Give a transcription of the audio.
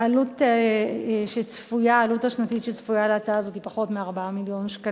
העלות השנתית הצפויה של הצעה הזאת היא פחות מ-4 מיליוני שקלים,